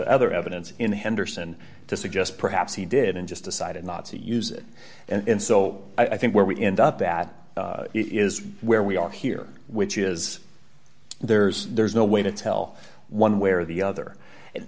other evidence in henderson to suggest perhaps he did and just decided not to use it and so i think where we end up that is where we are here which is there's there's no way to tell one way or the other